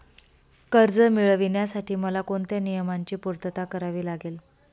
कर्ज मिळविण्यासाठी मला कोणत्या नियमांची पूर्तता करावी लागेल?